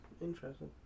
interesting